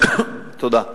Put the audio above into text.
תודה.